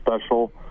special